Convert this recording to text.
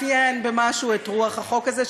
ומאפיין במשהו את רוח החוק הזה,